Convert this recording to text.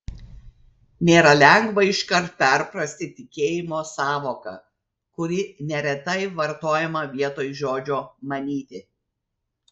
nėra lengva iškart perprasti tikėjimo sąvoką kuri neretai vartojama vietoj žodžio manyti